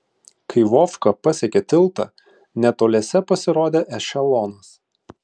kai vovka pasiekė tiltą netoliese pasirodė ešelonas